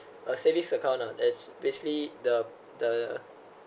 a savings account lah that's basically the the